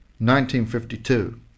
1952